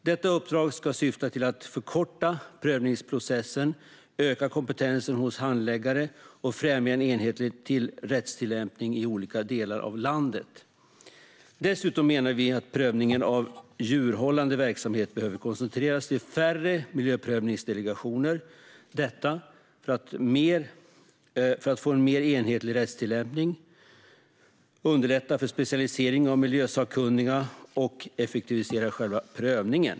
Detta uppdrag ska syfta till att förkorta prövningsprocessen, öka kompetensen hos handläggare och främja en enhetlig rättstillämpning i olika delar av landet. Dessutom menar vi att prövningen av djurhållande verksamhet behöver koncentreras till färre miljöprövningsdelegationer, detta för att få en mer enhetlig rättstillämpning, underlätta för specialisering av miljösakkunniga och effektivisera själva prövningen.